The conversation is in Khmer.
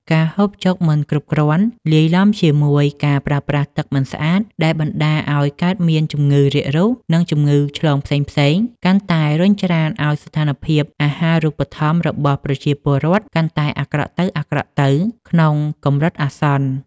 ការហូបចុកមិនគ្រប់គ្រាន់ លាយឡំជាមួយការប្រើប្រាស់ទឹកមិនស្អាតដែលបណ្តាលឱ្យកើតមានជំងឺរាគរូស និងជំងឺឆ្លងផ្សេងៗ កាន់តែរុញច្រានឱ្យស្ថានភាពអាហារូបត្ថម្ភរបស់ប្រជាពលរដ្ឋកាន់តែអាក្រក់ទៅៗក្នុងកម្រិតអាសន្ន។